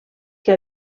que